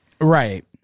Right